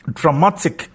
dramatic